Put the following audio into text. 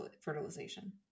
fertilization